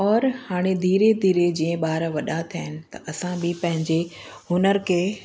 और हाणे धीरे धीरे जीअं ॿार वॾा थिया इन त असां बि पंहिंजे हुनर खे